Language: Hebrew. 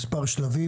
שלבים.